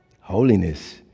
Holiness